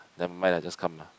never mind lah just come lah